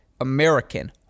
American